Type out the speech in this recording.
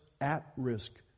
At-risk